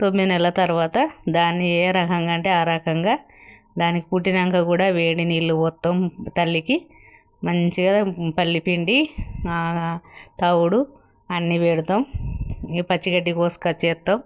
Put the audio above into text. తొమ్మిది నెల తర్వాత దాన్ని ఏ రకంగా అంటే ఆ రకంగా దానికి పుట్టినాక కూడా వేడి నీళ్లుు పోస్తాం తల్లికి మంచిగా పల్లిపిండి తవుడు అన్ని పెడుతాం ఇ పచ్చిగడ్డి కోసుకు వచ్చి వేస్తాం